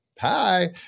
hi